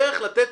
הדרך לתת